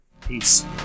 Peace